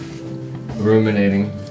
ruminating